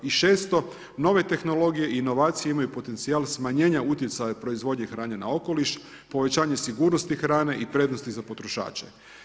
I šesto, nove tehnologije i inovacije imaju potencijal smanjenja utjecaja proizvodnje hrane na okoliš, povećanje sigurnosti hrane i prednosti za potrošača.